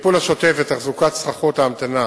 הטיפול השוטף ותחזוקת סככות ההמתנה